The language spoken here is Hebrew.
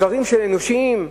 דברים אנושיים.